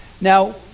Now